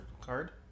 card